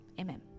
Amen